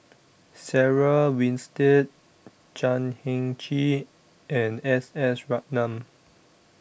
Sarah Winstedt Chan Heng Chee and S S Ratnam